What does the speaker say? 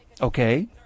Okay